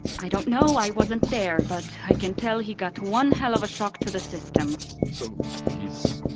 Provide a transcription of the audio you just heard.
i don't know, i wasn't there. but i can tell he got one hell of a shock to the system so he's?